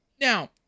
Now